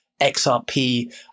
XRP